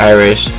Irish